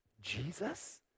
Jesus